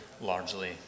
largely